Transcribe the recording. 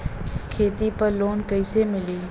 खेती पर लोन कईसे मिली?